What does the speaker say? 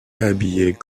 habillée